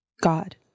God